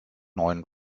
neuen